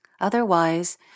Otherwise